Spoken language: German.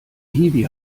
hiwi